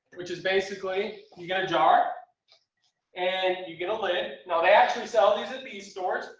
which is basically, you get a jar and you get a lid. now, they actually sell these in bee stores,